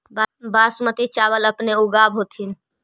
बासमती चाबल अपने ऊगाब होथिं?